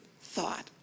thought